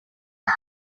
act